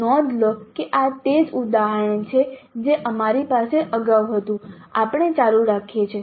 નોંધ લો કે આ તે જ ઉદાહરણ છે જે અમારી પાસે અગાઉ હતું આપણે ચાલુ રાખીએ છીએ